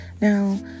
Now